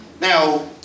Now